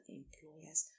employers